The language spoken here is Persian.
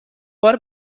بار